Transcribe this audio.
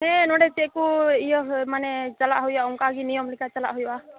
ᱦᱮᱸ ᱱᱚᱸᱰᱮ ᱪᱮᱫ ᱠᱚ ᱤᱭᱟᱹ ᱢᱟᱱᱮ ᱪᱟᱞᱟᱜ ᱦᱩᱭᱩᱜᱼᱟ ᱚᱱᱠᱟ ᱜᱮ ᱱᱤᱭᱚᱢ ᱞᱮᱠᱟ ᱪᱟᱞᱟᱜ ᱦᱩᱭᱩᱜᱼᱟ